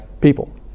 people